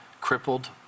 crippled